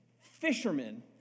fishermen